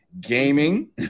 Gaming